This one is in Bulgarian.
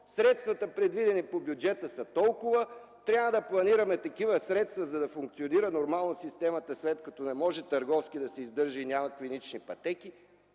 средствата, предвидени по бюджета, са толкова, че трябва да планираме такива средства, за да функционира нормално системата, след като не може търговски да се издържа и няма клинични пътеки.